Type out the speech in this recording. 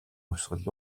хувьсгал